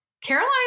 Caroline